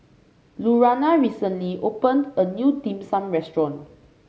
Lurana recently opened a new Dim Sum Restaurant